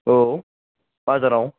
औ बाजाराव